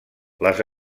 les